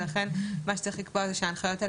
ולכן מה שצריך לקבוע זה שההנחיות האלה